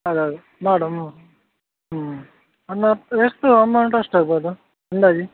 ಹಾಗಾದರೆ ಮಾಡುವ ಹ್ಞೂ ಹ್ಞೂ ಅಮೌಂಟು ಎಷ್ಟು ಅಮೌಂಟ್ ಎಷ್ಟು ಆಗ್ಬೋದು ಅಂದಾಜು